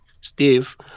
Steve